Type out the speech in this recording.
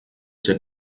ser